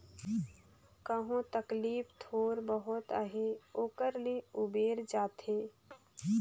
कहो तकलीफ थोर बहुत अहे ओकर ले उबेर जाथे